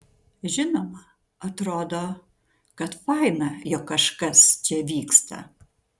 žinoma atrodo kad faina jog kažkas čia vyksta